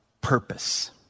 purpose